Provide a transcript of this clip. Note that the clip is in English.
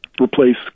replace